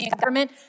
government